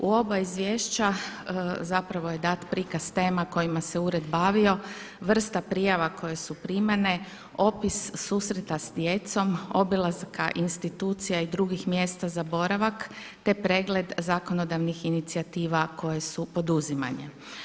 U oba izvješća zapravo je dati prikaz tema kojima se Ured bavio, vrsta prijava koje su primanja, opis susreta s djecom, obilaska institucija i drugih mjesta za boravak, te pregled zakonodavnih inicijativa koje su poduzimanje.